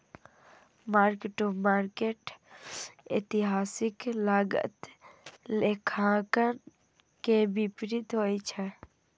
mark to market एतिहासिक लागत लेखांकन के विपरीत होइ छै